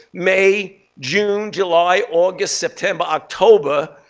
may, june, july, august, september, october.